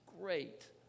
great